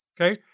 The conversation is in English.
Okay